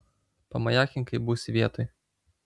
pamajakink kai būsi vietoj